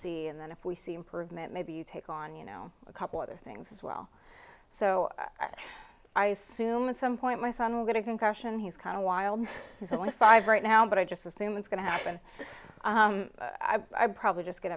c and then if we see improvement maybe you take on you know a couple other things as well so i assume at some point my son will get a concussion he's kind of a wild one five right now but i just assume it's going to happen i probably just